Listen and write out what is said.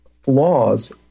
flaws